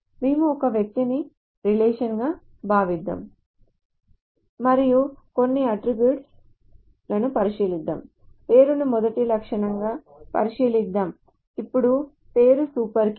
మేము ఒక వ్యక్తిని రిలేషన్ గా భావిద్దాం మరియు కొన్ని అట్ట్రిబ్యూట్స్ లను పరిశీలిద్దాం పేరును మొదటి లక్షణంగా పరిశీలిద్దాం ఇప్పుడు పేరు సూపర్ కీ